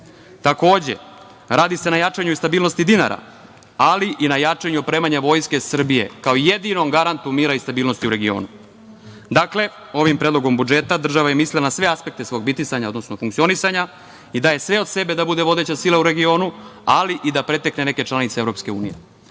Takođe, radi se na jačanju i stabilnosti dinara, ali i na jačanju i opremanju vojske Srbije, kao jedinom garantu mira i stabilnosti u regionu. Dakle, ovim Predlogom budžeta država je mislila na sve aspekte svog bitisanja, odnosno funkcionisanja i daje sve od sebe da bude vodeća sila u regionu, ali i da pretekne neke članice Evropske unije. Ja